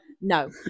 No